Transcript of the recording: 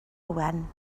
owen